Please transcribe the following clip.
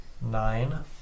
Nine